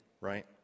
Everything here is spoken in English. right